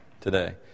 today